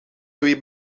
twee